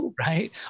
Right